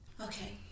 Okay